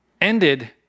ended